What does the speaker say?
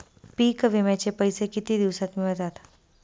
पीक विम्याचे पैसे किती दिवसात मिळतात?